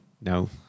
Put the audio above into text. No